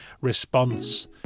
response